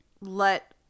let